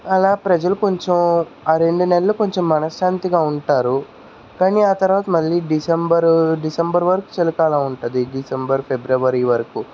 అలా ప్రజలు కొంచెం ఆ రెండు నెలలు కొంచెం మనశాంతిగా ఉంటారు కానీ ఆ తర్వాత మళ్ళీ డిసెంబరు డిసెంబర్ వరకు చలికాలం ఉంటుంది డిసెంబరు ఫిబ్రవరి వరకూ